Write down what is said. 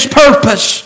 purpose